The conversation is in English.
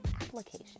Application